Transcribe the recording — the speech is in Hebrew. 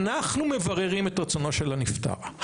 אנחנו מבררים את רצונו של הנפטר.